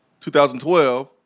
2012